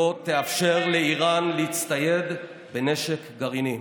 ישראל לא תאפשר לאיראן להצטייד בנשק גרעיני.